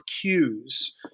cues